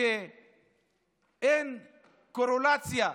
שאין קורלציה,